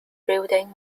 building